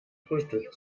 frühstück